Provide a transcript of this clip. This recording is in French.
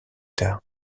tard